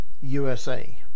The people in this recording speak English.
USA